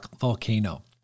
volcano